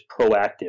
proactive